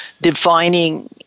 defining